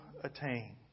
attain